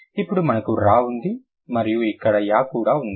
అప్పుడు మనకు రా ఉంది మరియు ఇక్కడ యా కూడా ఉంది